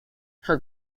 her